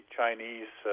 Chinese